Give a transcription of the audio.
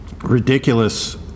ridiculous